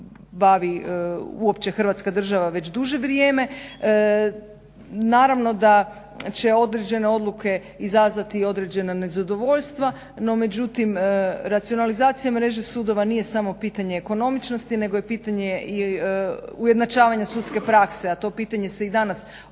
bavi uopće Hrvatska država već duže vrijeme. Naravno da će određene odluke izazvati i određena nezadovoljstva, no međutim racionalizacija mreže sudova nije samo pitanje ekonomičnosti nego je pitanje ujednačavanja sudske prakse, a to se pitanje se i danas